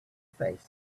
face